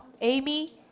Amy